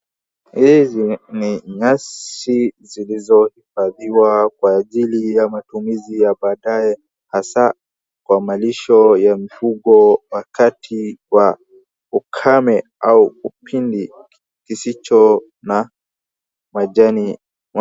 Hizi ni nyasi zilizohifadhiwa kwa ajili ya matumizi ya baadaye hasa kwa malisho ya mifugo wakati wa ukame au kipindi kisicho na majani.